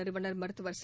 நிறுவனர் மருத்துவர் ச